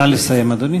נא לסיים, אדוני.